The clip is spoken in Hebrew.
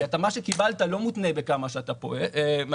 כי מה שקיבלת לא מותנה בכמה שאתה פולט,